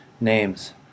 names